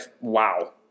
wow